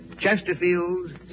Chesterfield's